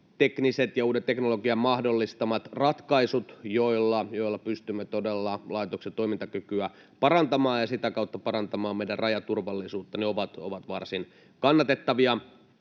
tekniset ja uudet teknologian mahdollistamat ratkaisut, joilla pystymme todella laitoksen toimintakykyä parantamaan ja sitä kautta parantamaan meidän rajaturvallisuuttamme. Ne ovat varsin kannatettavia,